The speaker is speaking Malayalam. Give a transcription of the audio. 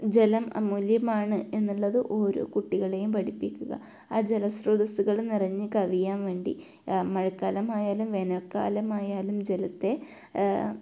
ജലം അമൂല്യമാണ് എന്നുള്ളത് ഓരോ കുട്ടികളേയും പഠിപ്പിക്കുക ആ ജല സ്രോതസ്സുകൾ നിറഞ്ഞ് കവിയാൻ വേണ്ടി മഴക്കാലമായാലും വേനൽക്കാലമായാലും ജലത്തെ